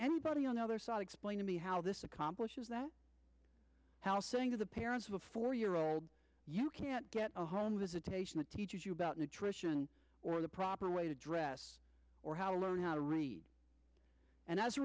anybody on the other side explain to me how this accomplishes that house saying to the parents of a four year old you can't get a home visitation that teaches you about nutrition or the proper way to dress or how to learn how to read and as a